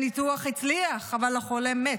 הניתוח הצליח אבל החולה מת.